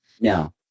No